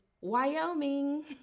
Wyoming